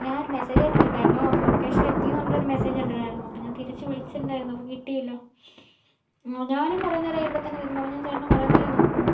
ഞാൻ ഒരു മെസേജ് കണ്ടിട്ടുണ്ടായിരുന്നു അപ്പോൾ ലൊക്കേഷനിലെത്തിയെന്ന് പറഞ്ഞിട്ടുള്ള ഒരു മെസേജ് കണ്ടിട്ടുണ്ടായിരുന്നു അപ്പോൾ ഞാൻ തിരിച്ച് വിളിച്ചിട്ടുണ്ടായിരുന്നു അപ്പോൾ കിട്ടിയില്ല ഞാനും കുറേ നേരമായി ഇവടെ തന്നെ നിൽക്കുന്നു അപ്പോൾ ഞാൻ ചേട്ടനെ കുറേ നേരമായി നോക്കുന്നു